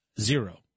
Zero